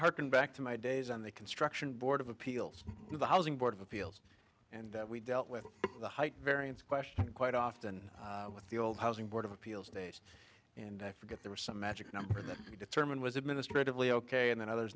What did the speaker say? harken back to my days on the construction board of appeals to the housing board of appeals and we dealt with the height variance question quite often with the old housing board of appeals days and i forget there was some magic number that determine was administrative leave ok and then others